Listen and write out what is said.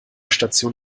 station